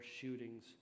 shootings